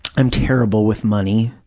i'm terrible with money,